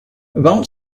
about